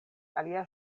alia